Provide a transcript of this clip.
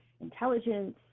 intelligence